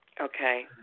Okay